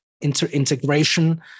integration